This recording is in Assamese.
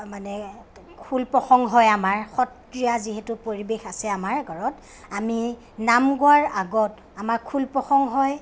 মানে খোল প্ৰসংগ হয় আমাৰ সত্ৰীয়া যিহেতু পৰিৱেশ আছে আমাৰ ঘৰত আমি নাম গোৱাৰ আগত আমাৰ খোল প্ৰসংগ হয়